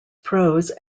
prose